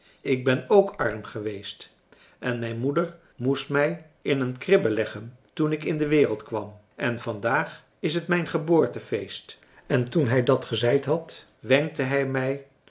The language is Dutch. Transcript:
ik ben ook arm geweest en mijn moeder moest mij in een kribbe leggen toen ik in de wereld kwam en vandaag is het mijn geboortefeest en toen hij dat gezeid had wenkte hij mij